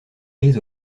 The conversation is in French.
prises